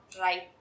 right